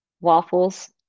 Waffles